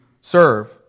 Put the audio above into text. serve